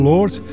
Lord